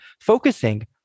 focusing